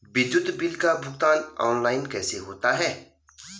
विद्युत बिल का भुगतान ऑनलाइन कैसे होता है?